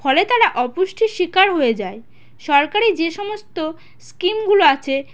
ফলে তারা অপুষ্টির শিকার হয়ে যায় সরকারি যে সমস্ত স্কিমগুলো আছে